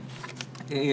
אימהות,